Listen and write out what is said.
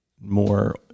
more